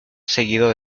seguido